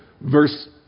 Verse